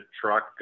truck